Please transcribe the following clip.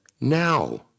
now